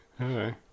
okay